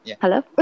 Hello